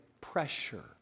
pressure